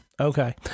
Okay